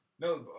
No